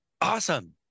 awesome